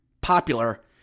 popular